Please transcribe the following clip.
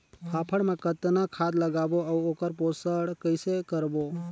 फाफण मा कतना खाद लगाबो अउ ओकर पोषण कइसे करबो?